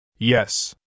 Yes